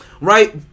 right